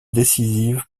décisive